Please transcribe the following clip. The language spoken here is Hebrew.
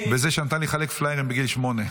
וזה שנתן לי לחלק פליירים בגיל שמונה.